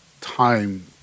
time